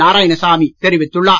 நாரயாணசாமி தெரிவித்துள்ளார்